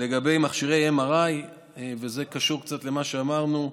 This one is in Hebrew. לגבי מכשירי MRI. זה קשור קצת למה שאמרנו.